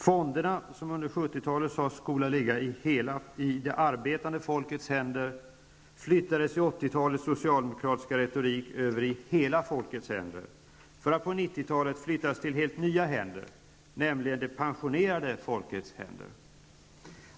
Fonderna, som under 1970-talet sades skola ligga i det arbetande folkets händer, flyttades i 1980-talets socialdemokratiska retorik över i hela folkets händer, för att på 1990-talet flyttas till helt nya händer, nämligen det pensionerade folkets händer.